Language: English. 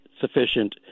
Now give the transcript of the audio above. sufficient